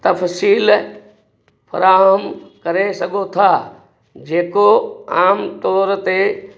तफ़सील फ़राहमु करे सघो था जेको आमतौर ते